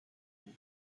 voor